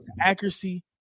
accuracy